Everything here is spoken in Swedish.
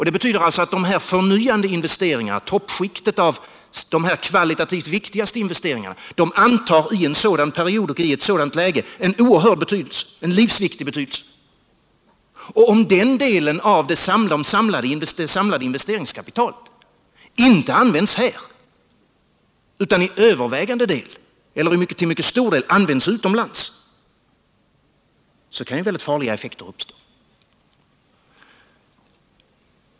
Det betyder alltså att de förnyande investeringarna, toppskiktet av de kvalitativt viktigaste investeringarna, i en sådan period och i ett sådant läge antar en oerhörd betydelse, ja, en livsviktig betydelse. Om den delen av det samlade investeringskapitalet inte används här utan i en övervägande eller till mycket stor del används utomlands, så kan mycket farliga effekter uppstå.